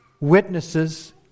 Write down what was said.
witnesses